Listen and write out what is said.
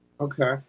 Okay